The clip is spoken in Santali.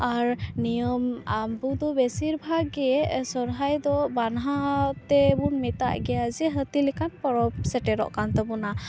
ᱟᱨ ᱱᱤᱭᱟ ᱟᱵᱩ ᱫᱚ ᱵᱮᱥᱤᱨ ᱵᱷᱟᱜᱽᱜᱤ ᱥᱚᱨᱦᱟᱭ ᱫᱚ ᱵᱟᱱᱦᱟᱣ ᱛᱤᱵᱩᱱ ᱢᱤᱛᱟ ᱜᱤᱭᱟ ᱡᱮ ᱦᱟᱹᱛᱤ ᱞᱤᱠᱟᱱ ᱯᱚᱨᱚᱵᱽ ᱥᱮᱴᱮᱨᱚᱜ ᱠᱟᱱ ᱛᱟᱹᱠᱩᱱᱟ